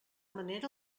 manera